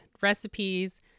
recipes